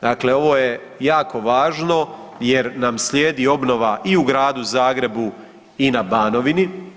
Dakle, ovo je jako važno jer nam slijedi obnova i u Gradu Zagrebu i na Banovini.